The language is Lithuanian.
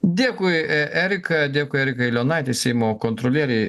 dėkui erika dėkui erikai leonaitei seimo kontrolierei